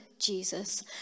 Jesus